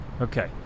Okay